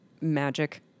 magic